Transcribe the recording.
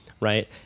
right